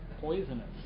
poisonous